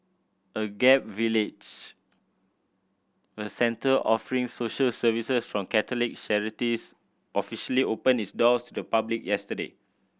Agape Village a centre offering social services from Catholic charities officially opened its doors to the public yesterday